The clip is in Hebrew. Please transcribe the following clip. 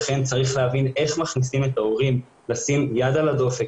לכן צריך להבין איך מכניסים את ההורים לשים יד על הדופק,